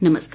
नमस्कार